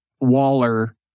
Waller